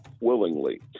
willingly